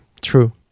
True